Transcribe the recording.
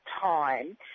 time